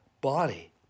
Body